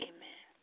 Amen